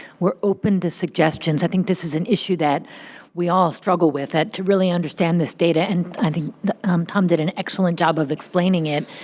we're open to suggestions, i think this is an issue that we all struggle with, to really understand this data, and i think tom did an excellent job of explaining it,